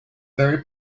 very